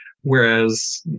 Whereas